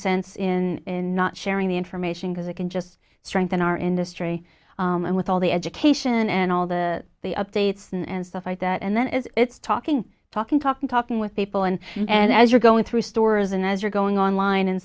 sense in not sharing the information because it can just strengthen our industry and with all the education and all the the updates and stuff like that and then it's talking talking talking talking with people and and as you're going through stores and as you're going online